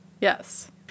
Yes